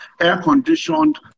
air-conditioned